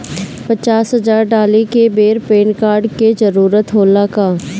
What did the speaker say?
पचास हजार डाले के बेर पैन कार्ड के जरूरत होला का?